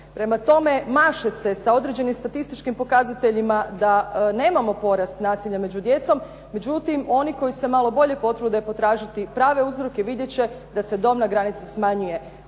Prema tome, maše se sa određenim statističkim pokazateljima da nemamo porast nasilja među djecom. Međutim, oni koji se malo bolje potrude potražiti prave uzroke vidjet će da se dobna granica smanjuje.